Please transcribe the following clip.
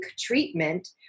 treatment